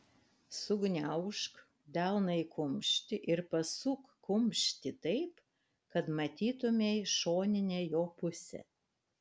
sugniaužk delną į kumštį ir pasuk kumštį taip kad matytumei šoninę jo pusę